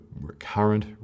recurrent